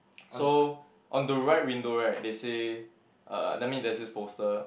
so on the right window right they say uh that mean there's this poster